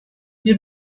wir